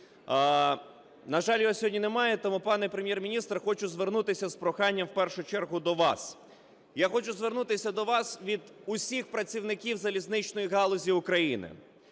На жаль, його сьогодні немає, тому, пане Прем'єр-міністр, хочу звернутися з проханням в першу чергу до вас. Я хочу звернутися до вас від усіх працівників залізничної галузі України.